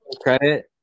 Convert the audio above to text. credit